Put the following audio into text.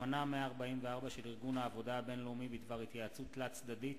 אמנה 144 של ארגון העבודה הבין-לאומי בדבר התייעצות תלת-צדדית,